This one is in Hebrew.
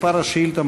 מספר השאילתה,